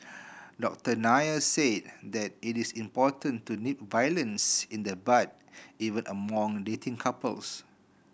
Doctor Nair said that it is important to nip violence in the bud even among dating couples